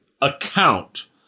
account